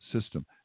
system